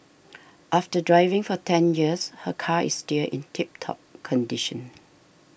after driving for ten years her car is still in tip top condition